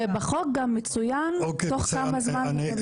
ובחוק גם מצוין תוך כמה זמן --- אוקיי,